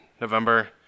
November